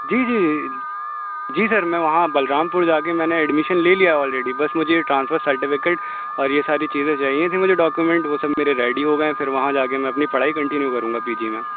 جی جی جی سر میں وہاں بلرامپور جا کے میں نے ایڈمشن لے لیا ہے آلریڈی بس مجھے یہ ٹرانسفر سرٹیفکٹ اور یہ ساری چیزیں چاہئیں تھیں مجھے ڈاکیومینٹ وہ سب میرے ریڈی ہوگیے ہیں پھر وہاں جا کے میں اپنی پڑھائی کنٹنیو کروں گا پی جی میں